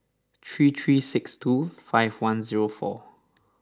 three three six two five one zero four